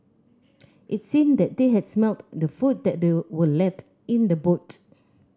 it seemed that they had smelt the food that were left in the boot